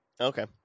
Okay